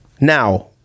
Now